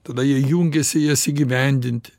tada jie jungiasi jas įgyvendinti